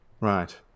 Right